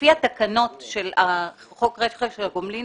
לפי התקנות של חוק רכש וגומלין,